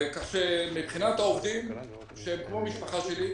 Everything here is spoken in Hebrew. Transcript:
מבחינת העובדים שהם כמו משפחה שלי,